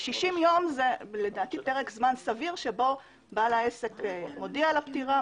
60 ימים לדעתי זה פרק זמן סביר שבו בעל העסק הודיע על הפטירה,